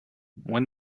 when